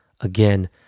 Again